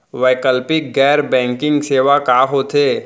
वैकल्पिक गैर बैंकिंग सेवा का होथे?